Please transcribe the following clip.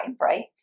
right